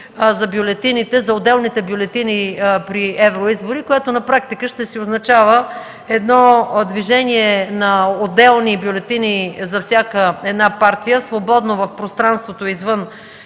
за бюлетините, за отделните бюлетини при евроизбори, което на практика ще означава едно движение на отделни бюлетини за всяка една партия, свободно в пространството извън изборните